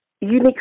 unique